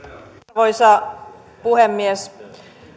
arvoisa puhemies